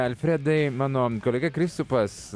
alfredai mano kolega kristupas